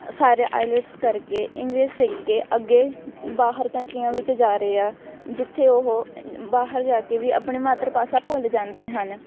ਸਾਰੇ ਆਈਲੈਟਸ ਕਰਕੇ ਇੰਗਲਿਸ਼ ਸਿੱਖ ਕੇ ਅੱਗੇ ਬਾਹਰ ਕੰਟਰੀਆਂ ਵਿੱਚ ਜਾ ਰਹੇ ਆ ਜਿੱਥੇ ਉਹ ਬਾਹਰ ਜਾ ਕੇ ਵੀ ਆਪਣੀ ਮਾਤਰ ਭਾਸ਼ਾ ਭੁੱਲ ਜਾਂਦੇ ਹਨ